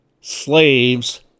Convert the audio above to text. slaves